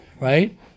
right